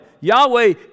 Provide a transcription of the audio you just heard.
Yahweh